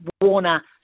Warner